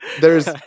There's-